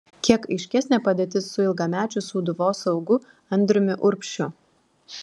kiek aiškesnė padėtis su ilgamečiu sūduvos saugu andriumi urbšiu